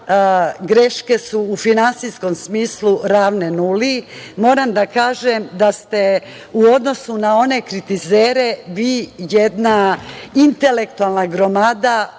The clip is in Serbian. greške su u finansijskom smislu ravne nuli. Moram da kažem ste u odnosu na one kritizere vi jedna intelektualna gromada